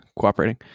cooperating